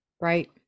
Right